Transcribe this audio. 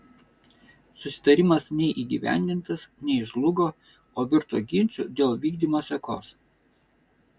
susitarimas nei įgyvendintas nei žlugo o virto ginču dėl vykdymo sekos